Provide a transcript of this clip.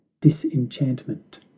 Disenchantment